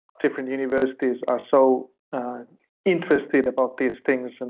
different universities are so interested about these things, and